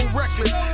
reckless